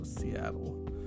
Seattle